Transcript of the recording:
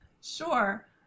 Sure